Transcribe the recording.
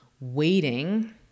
waiting